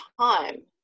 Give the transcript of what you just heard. time